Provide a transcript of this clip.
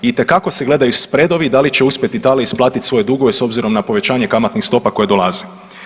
Itekako se gledaju spredovi da li će uspjeti Italija isplatit svoje dugove s obzirom na povećanje kamatnih stopa koje dolaze.